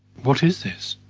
what is this?